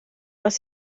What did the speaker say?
dass